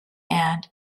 and